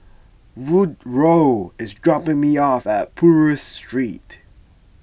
Woodrow is dropping me off at Purvis Street